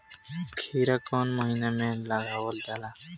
खीरा कौन महीना में लगावल जाला?